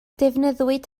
defnyddiwyd